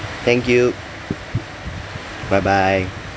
thank you bye bye